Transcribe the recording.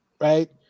right